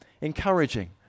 encouraging